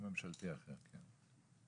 ממשלתי אחר, כן.